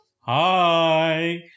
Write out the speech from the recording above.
Hi